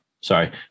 sorry